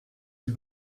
sie